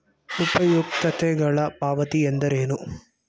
ಉಪಯುಕ್ತತೆಗಳ ಪಾವತಿ ಎಂದರೇನು?